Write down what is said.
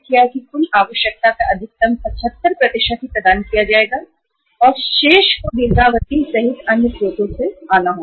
बैंकों द्वारा कुल आवश्यकता का केवल 75 ही प्रदान किया जाएगा और शेष बची हुई राशि दीर्घकालिक स्रोतों सहित अन्य स्रोत से आएगी